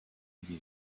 view